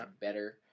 better